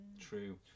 true